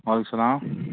وعلیکُم سلام